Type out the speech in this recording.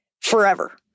forever